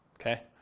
okay